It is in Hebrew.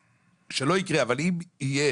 שלא יקרה, אבל אם יהיה